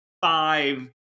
five